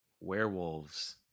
Werewolves